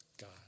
God